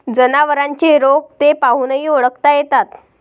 जनावरांचे रोग ते पाहूनही ओळखता येतात